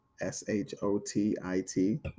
s-h-o-t-i-t